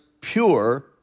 pure